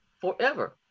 forever